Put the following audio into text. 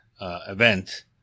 event